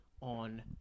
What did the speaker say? on